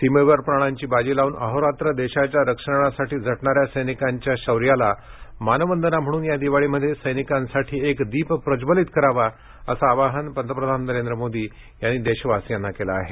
सीमेवर प्राणांची बाजी लावून अहोरात्र देशाच्या रक्षणासाठी झटणाऱ्या सैनिकांच्या शौर्याला मानवंदना म्हणून या दिवाळीमध्ये सैनिकासाठी एक दीप प्रज्वलित करावा असं आवाहन पंतप्रधान नरेंद्र मोदी यांनी देशवासीयांना केलं आहे